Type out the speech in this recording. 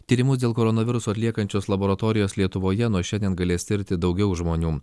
tyrimus dėl koronaviruso atliekančios laboratorijos lietuvoje nuo šiandien galės tirti daugiau žmonių